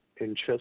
interest